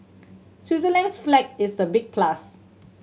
Switzerland's flag is a big plus